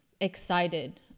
excited